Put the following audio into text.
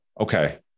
okay